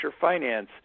finance